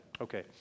Okay